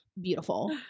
beautiful